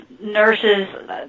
nurses